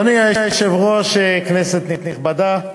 אדוני היושב-ראש, כנסת נכבדה,